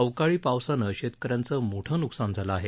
अवकाळी पावसानं शेतकऱ्यांचं मोठं न्कसान झालं आहे